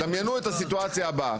דמיינו את הסיטואציה הבאה,